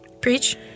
Preach